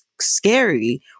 scary